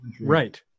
Right